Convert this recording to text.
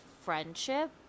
friendship